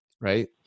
right